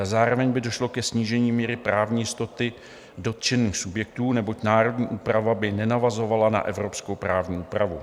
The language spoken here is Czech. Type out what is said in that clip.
Zároveň by došlo ke snížení míry právní jistoty dotčených subjektů, neboť národní úprava by nenavazovala na evropskou právní úpravu.